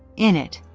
in it,